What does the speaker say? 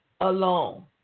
alone